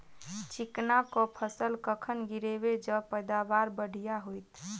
चिकना कऽ फसल कखन गिरैब जँ पैदावार बढ़िया होइत?